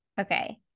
okay